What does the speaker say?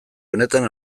honetan